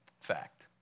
Fact